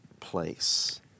place